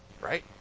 right